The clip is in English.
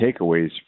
takeaways